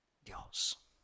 Dios